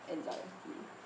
anxiety